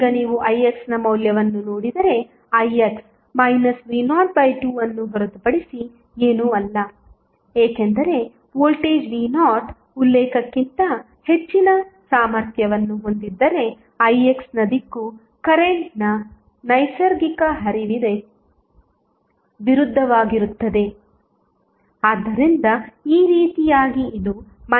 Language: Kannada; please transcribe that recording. ಈಗ ನೀವು ix ನ ಮೌಲ್ಯವನ್ನು ನೋಡಿದರೆ ix v02 ಅನ್ನು ಹೊರತುಪಡಿಸಿ ಏನೂ ಅಲ್ಲ ಏಕೆಂದರೆ ವೋಲ್ಟೇಜ್ v0 ಉಲ್ಲೇಖಕ್ಕಿಂತ ಹೆಚ್ಚಿನ ಸಾಮರ್ಥ್ಯವನ್ನು ಹೊಂದಿದ್ದರೆ ix ನ ದಿಕ್ಕು ಕರೆಂಟ್ನ ನೈಸರ್ಗಿಕ ಹರಿವಿಗೆ ವಿರುದ್ಧವಾಗಿರುತ್ತದೆ ಆದ್ದರಿಂದ ಈ ರೀತಿಯಾಗಿ ಇದು v02 ಆಗುತ್ತದೆ